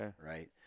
right